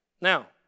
Now